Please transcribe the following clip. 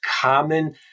common